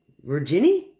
Virginia